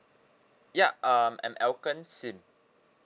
ya um I'm elkon SIM